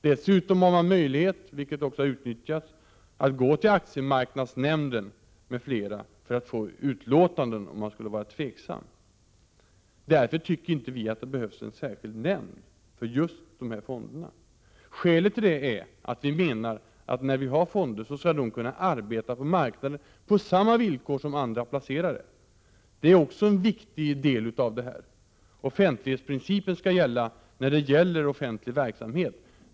Dessutom har man möjlighet, vilket också utnyttjas, att gå till aktiemarknadsnämnden för att få utlåtanden, om man skulle vara tveksam. Därför tycker vi att det inte behövs en särskild nämnd för just dessa fonder. När vi har fonder skall de kunna arbeta på marknaden på lika villkor som andra placerare. Det är viktigt. Offentlighetsprincipen skall gälla ifråga om offentlig verksamhet.